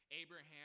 Abraham